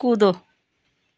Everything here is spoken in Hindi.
कूदो